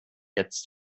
jetzt